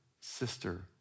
sister